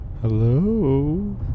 Hello